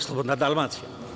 Slobodna Dalmacija.